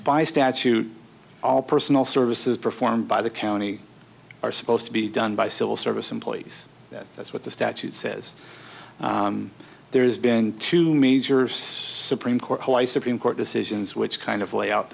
by statute all personal services performed by the county are supposed to be done by civil service employees that's what the statute says there's been two major supreme court high supreme court decisions which kind of lay out